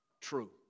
true